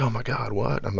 um my god. what? and